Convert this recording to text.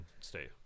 stay